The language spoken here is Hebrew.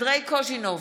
אנדרי קוז'ינוב,